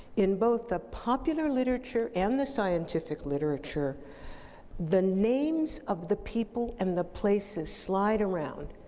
in both the popular literature and the scientific literature the names of the people and the places slide around,